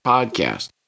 Podcast